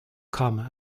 come